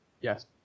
Yes